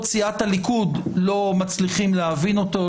סיעת הליכוד לא מצליחים להבין אותו,